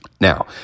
Now